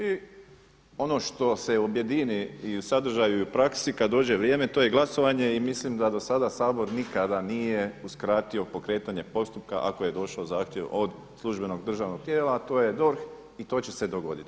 I ono što se objedini i u sadržaju i praksi kada dođe vrijeme to je glasovanje i mislim da do sada Sabor nikada nije uskratio pokretanje postupka ako je došao zahtjev od službenog državnog tijela a to je DORH i to će se dogoditi.